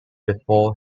before